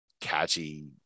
catchy